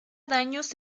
daños